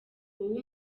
wowe